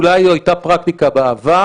אולי לא הייתה פרקטיקה בעבר,